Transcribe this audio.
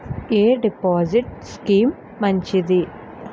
ఎ deposit scheme మంచిది?